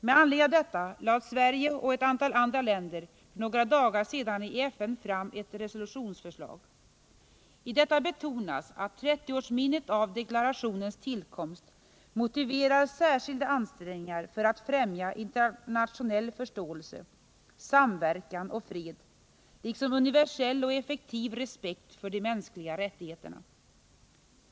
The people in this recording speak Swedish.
Med anledning av detta lade Sverige och ett antal andra länder för några dagar sedan i FN fram ett resolutionsförslag. I detta betonas att 30-årsminnet av deklarationens tillkomst motiverar särskilda ansträngningar för att främja internationell förståelse, samverkan och fred, liksom universell och effektiv respekt för de mänskliga rättigheterna.